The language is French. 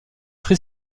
free